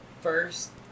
First